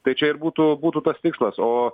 tai čia ir būtų būtų tas tikslas o